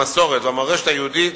המסורת והמורשת היהודית,